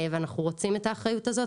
ואנחנו רוצים את האחריות הזאת.